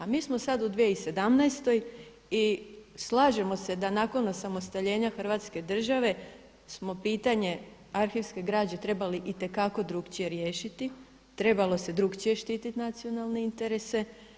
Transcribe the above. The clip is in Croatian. A mi smo sada u 2017. i slažemo se da nakon osamostaljenja hrvatske države smo pitanje arhivske građe trebali i te kako drukčije riješiti, trebalo se drukčije štititi nacionalne interese.